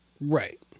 Right